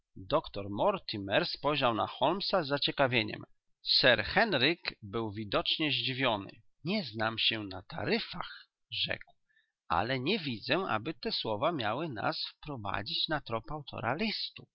doktor mortimer spojrzał na holmesa z zaciekawieniem sir henryk był widocznie zdziwiony nie znam się na taryfach rzekł ale nie widzę aby te słowa miały nas wprowadzić na trop